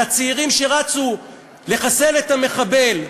על הצעירים שרצו לחסל את המחבל,